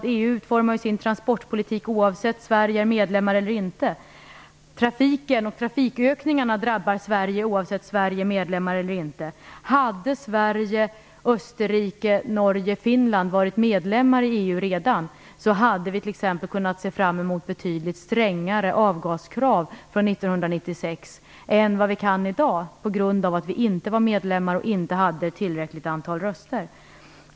Men EU utformar ju sin transportpolitik oavsett om Sverige är medlem eller inte. Trafiken och trafikökningarna drabbar Sverige oavsett om Sverige är medlem eller inte. Om Sverige, Österrike, Norge och Finland redan hade varit medlemmar i EU hade vi t.ex. kunnat se fram emot betydligt strängare avgaskrav från 1996 än vad vi kan i dag, på grund av att vi inte var medlemmar och inte hade tillräckligt antal röster.